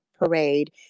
parade